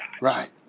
Right